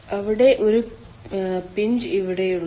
അവിടെ ഒരു പിഞ്ച് ഇവിടെയുണ്ട്